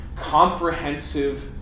comprehensive